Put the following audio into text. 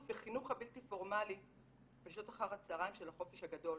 בחינוך הבלתי פורמלי בשעות אחר הצהריים של החופש הגדול.